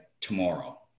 tomorrow